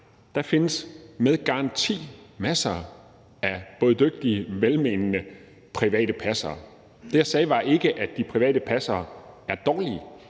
der findes med garanti masser af både dygtige og velmenende private passere. Det, jeg sagde, var ikke, at de private passere er dårlige.